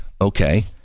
Okay